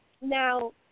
Now